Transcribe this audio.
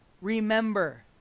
remember